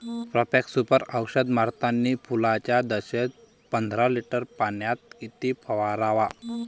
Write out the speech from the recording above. Profex Super औषध मारतानी फुलाच्या दशेत पंदरा लिटर पाण्यात किती फवाराव?